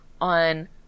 on